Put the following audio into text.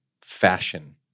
fashion